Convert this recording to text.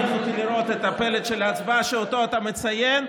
רציתי לראות את הפלט של ההצבעה שאתה מציין.